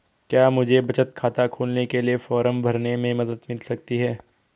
क्या मुझे बचत खाता खोलने के लिए फॉर्म भरने में मदद मिल सकती है?